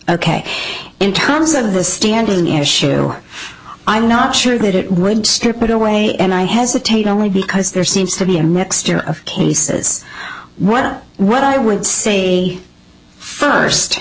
ok in terms of the standing you're sure i'm not sure that it would strip it away and i hesitate only because there seems to be a mixture of cases what what i would say first